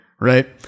right